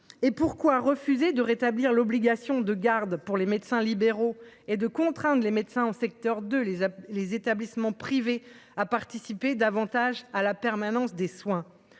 pourquoi refuser de rétablir l’obligation de garde pour les médecins libéraux ? Pourquoi refuser de contraindre les médecins en secteur 2 et les établissements privés à participer davantage à la permanence des soins ?